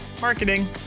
marketing